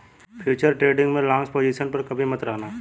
futures trading में long position पर कभी मत रहना